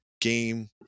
game